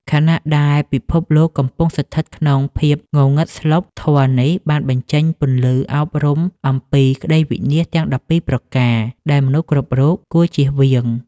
ខណៈដែលពិភពលោកកំពុងស្ថិតក្នុងភាពងងឹតស្លុប ធម៌នេះបានបញ្ចេញពន្លឺអប់រំអំពី ក្ដីវិនាសទាំង ១២ ប្រការ ដែលមនុស្សគ្រប់រូបគួរជៀសវាង។